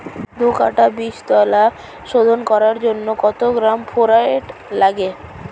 দু কাটা বীজতলা শোধন করার জন্য কত গ্রাম ফোরেট লাগে?